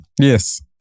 Yes